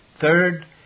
Third